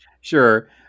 Sure